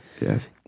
Yes